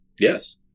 Yes